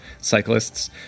cyclists